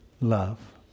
love